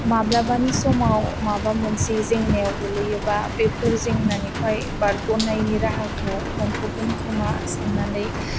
माब्लाबानि समाव माबा मोनसे जेंनायाव गोलैयोबा बेफोर जेंनानिफ्राय बारग'नायनि राहाखौ मोनथ'गोन खोमा सान्नानै